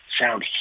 sound